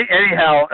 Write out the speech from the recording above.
anyhow